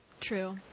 true